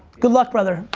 good luck, brother.